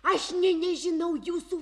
aš nė nežinau jūsų